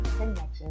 Connection